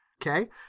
Okay